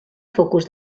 focus